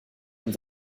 und